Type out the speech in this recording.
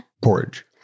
porridge